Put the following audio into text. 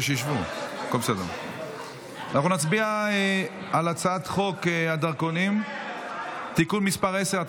אנחנו נצביע על הצעת חוק הדרכונים (תיקון מס' 10),